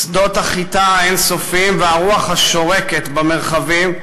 שדות החיטה האין-סופיים והרוח השורקת במרחבים,